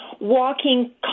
walking